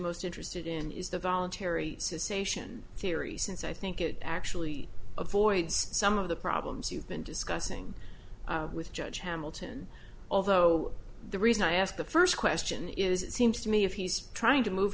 most interested in is the voluntary association theory since i think it actually avoids some of the problems you've been discussing with judge hamilton although the reason i asked the first question is it seems to me if he's trying to move